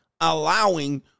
allowing